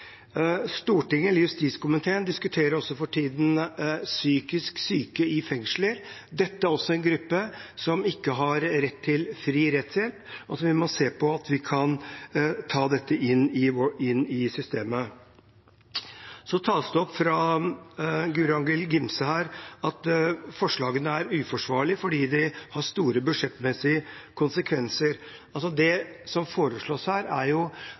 Stortinget, eller justiskomiteen, diskuterer også for tiden psykisk syke i fengsler. Dette er også en gruppe som ikke har rett til fri rettshjelp, og som vi må se på om vi kan ta inn i systemet. Så tas det opp fra Guri Angell Gimse her at forslagene er uforsvarlige, fordi de har store budsjettmessige konsekvenser. Det som foreslås her, er jo